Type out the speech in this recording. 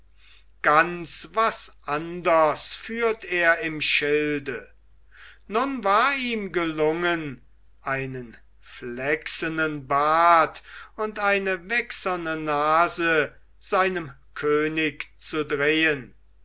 ganz was anders führt er im schilde nun war ihm gelungen einen flächsenen bart und eine wächserne nase seinem könig zu drehen